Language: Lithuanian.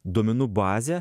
duomenų bazė